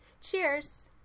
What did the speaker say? Cheers